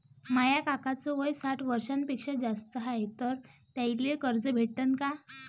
माया काकाच वय साठ वर्षांपेक्षा जास्त हाय तर त्याइले कर्ज भेटन का?